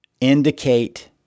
indicate